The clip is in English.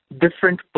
different